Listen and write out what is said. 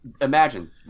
Imagine